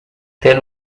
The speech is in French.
tel